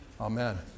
Amen